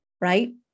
right